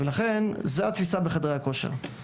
ולכן זה התפיסה בחדרי הכושר.